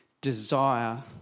desire